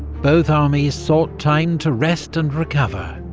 both armies sought time to rest and recover.